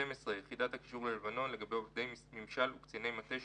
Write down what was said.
יחידת הקישור ללבנון לגבי עובדי ממשל וקציני מטה,